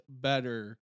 better